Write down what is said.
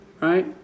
right